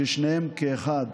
ששניהם כאחד